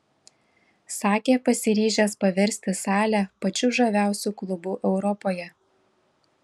sakė pasiryžęs paversti salę pačiu žaviausiu klubu europoje